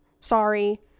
sorry